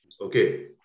okay